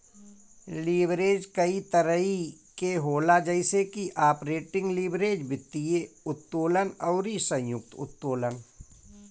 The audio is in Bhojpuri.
लीवरेज कई तरही के होला जइसे की आपरेटिंग लीवरेज, वित्तीय उत्तोलन अउरी संयुक्त उत्तोलन